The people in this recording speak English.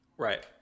Right